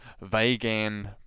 vegan